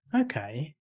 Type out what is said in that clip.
okay